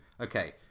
Okay